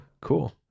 Cool